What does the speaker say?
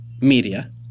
media